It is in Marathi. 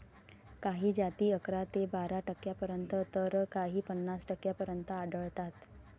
काही जाती अकरा ते बारा टक्क्यांपर्यंत तर काही पन्नास टक्क्यांपर्यंत आढळतात